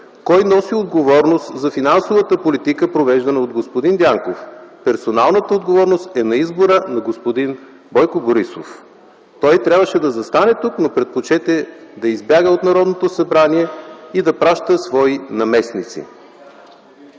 Кой носи отговорност за финансовата политика, провеждана от господин Дянков? Персоналната отговорност е на избора на господин Бойко Борисов. Той трябваше да застане тук, но предпочете да избяга от Народното събрание и да праща свои наместници.